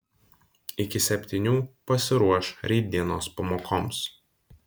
iki septynių pasiruoš rytdienos pamokoms